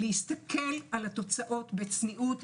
להסתכל על התוצאות בצניעות.